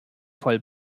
voll